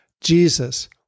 Jesus